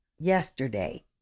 yesterday